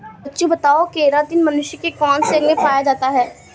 बच्चों बताओ केरातिन मनुष्य के कौन से अंग में पाया जाता है?